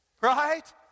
Right